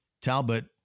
Talbot